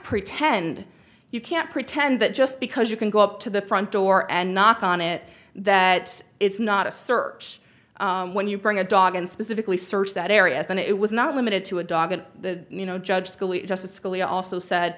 pretend you can't pretend that just because you can go up to the front door and knock on it that it's not a search when you bring a dog and specifically search that area and it was not limited to a dog and the you know judge scalia justice scalia also